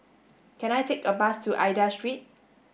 can I take a bus to Aida Street